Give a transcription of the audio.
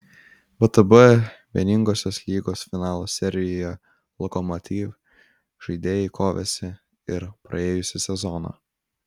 vtb vieningosios lygos finalo serijoje lokomotiv žaidėjai kovėsi ir praėjusį sezoną